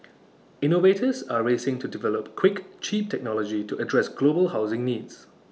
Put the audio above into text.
innovators are racing to develop quick cheap technology to address global housing needs